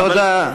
תודה.